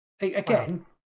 again